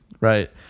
right